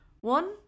One